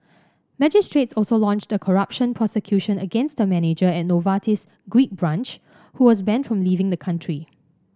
magistrates also launched a corruption prosecution against a manager at Novartis's Greek branch who was banned from leaving the country